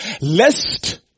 lest